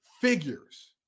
figures